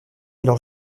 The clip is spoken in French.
alors